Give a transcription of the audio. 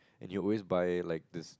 and you always buy like this